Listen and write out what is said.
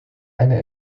eine